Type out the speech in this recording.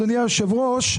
אדוני היושב-ראש,